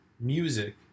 music